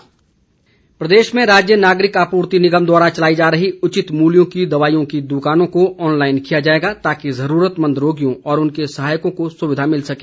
उचित मूल्य दुकान प्रदेश में राज्य नागरिक आपूर्ति निगम द्वारा चलाई जा रही उचित मूल्यों की दवाई की दुकानों को ऑन लाईन किया जाएगा ताकि जरूरतमंद रोगियों और उनके सहायकों को सुविधा मिल सके